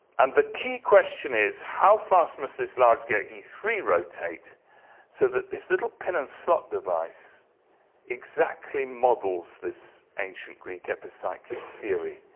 and the key question is, how fast must this large gear, e three, rotate so that this little pin and slot device exactly models this ancient greek epicyclic theory?